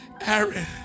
Aaron